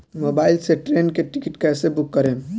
Mobile से train के ticket कैसे बूक करेम?